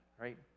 right